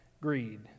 greed